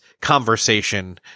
conversation